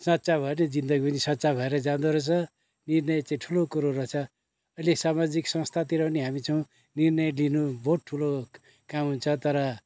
सँच्चा भयो भने जिन्दगी पनि सँच्चा भएरै जाँदो रहेछ निर्णय चाहिँ ठुलो कुरो रछ अहिले सामाजिक संस्थातिर पनि हामी छौँ निर्णय लिनु बहुत ठुलो काम हुन्छ तर